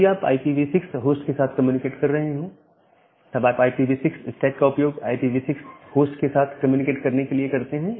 यदि आप IPv6 host के साथ कम्युनिकेट कर रहे हो तब आप IPv6 स्टैक का उपयोग IPv6 होस्ट के साथ कम्युनिकेट करने के लिए करते हैं